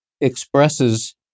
expresses